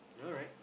alright